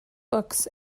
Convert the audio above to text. books